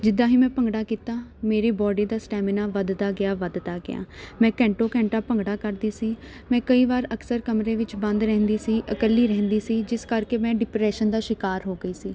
ਜਿੱਦਾਂ ਹੀ ਮੈਂ ਭੰਗੜਾ ਕੀਤਾ ਮੇਰੀ ਬੋਡੀ ਦਾ ਸਟੈਮਿਨਾ ਵੱਧਦਾ ਗਿਆ ਵੱਧਦਾ ਗਿਆ ਮੈਂ ਘੰਟੋ ਘੰਟਾ ਭੰਗੜਾ ਕਰਦੀ ਸੀ ਮੈਂ ਕਈ ਵਾਰ ਅਕਸਰ ਕਮਰੇ ਵਿੱਚ ਬੰਦ ਰਹਿੰਦੀ ਸੀ ਇਕੱਲੀ ਰਹਿੰਦੀ ਸੀ ਜਿਸ ਕਰਕੇ ਮੈਂ ਡਿਪਰੈਸ਼ਨ ਦਾ ਸ਼ਿਕਾਰ ਹੋ ਗਈ ਸੀ